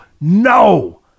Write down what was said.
no